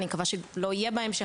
אני מקווה שלא יהיה בהמשך,